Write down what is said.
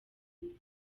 bivuze